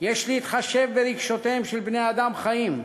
"יש להתחשב ברגשותיהם של בני-אדם חיים,